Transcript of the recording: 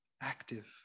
active